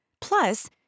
Plus